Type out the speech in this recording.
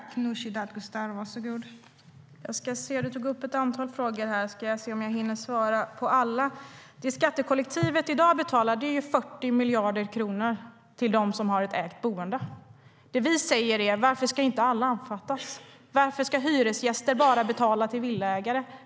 Fru talman! Ola Johansson tog upp ett antal frågor, och jag ska se om jag hinner svara på alla. Skattekollektivet betalar i dag 40 miljarder kronor till dem som har ett ägt boende. Det vi säger är: Varför ska inte alla omfattas? Varför ska hyresgäster bara betala till villaägare?